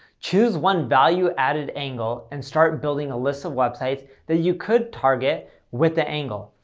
choose one value added angle and start building a list of websites that you could target with the angle.